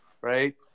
right